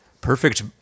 Perfect